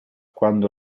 quando